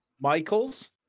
Michaels